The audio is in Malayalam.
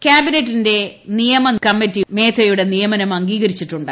ക്യാബിനറ്റിന്റെ നിയമ കമ്മിറ്റി മേത്തയുടെ നിയമനം അംഗീകരിച്ചിട്ടുണ്ട്